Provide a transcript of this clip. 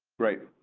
right.